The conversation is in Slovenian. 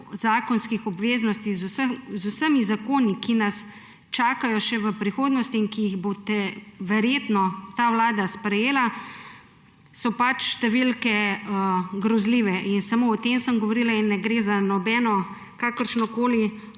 zakonskih obveznosti z vsemi zakoni, ki nas čakajo še v prihodnosti in ki jih bo verjetno ta vlada sprejela, so pač številke grozljive. In samo o tem sem govorila in ne gre za kakršnokoli